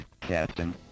Captain